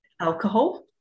alcohol